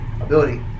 ability